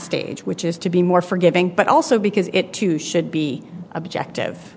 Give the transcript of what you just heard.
stage which is to be more forgiving but also because it too should be objective